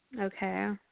Okay